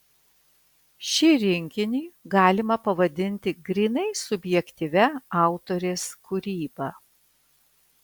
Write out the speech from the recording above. šį rinkinį galima pavadinti grynai subjektyvia autorės kūryba